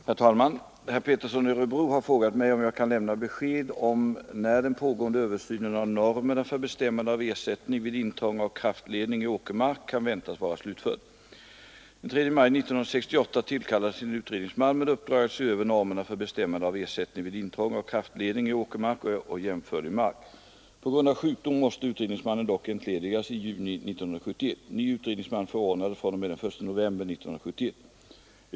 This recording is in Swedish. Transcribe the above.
Herr talman! Herr Pettersson i Örebro har frågat mig om jag kan lämna besked om när den pågående översynen av normerna för bestämmande av ersättning vid intrång-av kraftledning i åkermark kan väntas vara slutförd. Den 3 maj 1968 tillkallades en utredningsman med uppdrag att se över normerna för bestämmande av ersättning vid intrång av kraftledning i åkermark och jämförlig mark. På grund av sjukdom måste utredningsmannen dock entledigas i juni 1971. Ny utredningsman förordnades fr.o.m. den 1 november 1971.